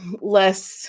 less